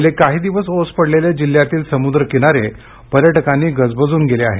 गेले काही दिवस ओस पडलेले जिलहयातील समुद्र किनारे पर्यटकांनी गजबजून गेले आहेत